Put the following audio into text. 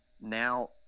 now